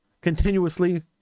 continuously